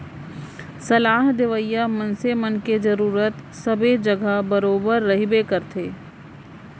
सलाह देवइया मनसे मन के जरुरत सबे जघा बरोबर रहिबे करथे